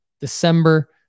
December